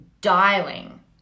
dialing